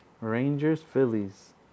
Rangers-Phillies